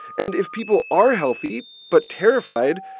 and if people are healthy but terrified,